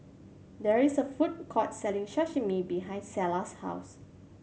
there is a food court selling Sashimi behind Selah's house